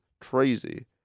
crazy